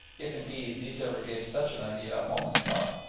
if, indeed, these ever gave such an idea a moment's thought.